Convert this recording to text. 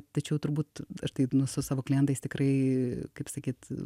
tai čia jau turbūt aš tai nu su savo klientais tikrai kaip sakyt